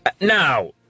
now